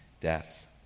death